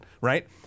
Right